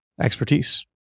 expertise